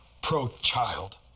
pro-child